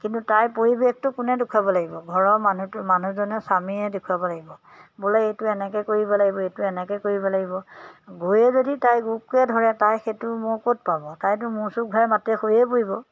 কিন্তু তাইৰ পৰিৱেশটো কোনে দেখুৱাব লাগিব ঘৰৰ মানুহটো মানুহজনে স্বামীয়ে দেখুৱাব লাগিব বোলে এইটো এনেকৈ কৰিব লাগিব এইটো এনেকৈ কৰিব লাগিব গৈয়ে যদি তাইৰ গোপকৈ ধৰে তাই সেইটো মূৰ ক'ত পাব তাইতো মূৰ চুৰ ঘূৰাই মাতে সৰিয়ে পৰিব